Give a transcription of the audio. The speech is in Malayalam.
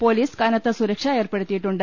പൊലീസ് കന്നത്ത സുരക്ഷ ഏർപ്പെടുത്തിയിട്ടുണ്ട്